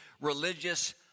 religious